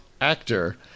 actor